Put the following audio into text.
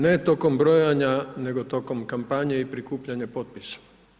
Ne tokom brojanja, nego tokom kampanje i prikupljanja potpisa.